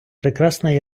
прекрасна